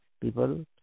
people